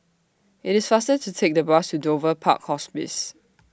IT IS faster to Take The Bus to Dover Park Hospice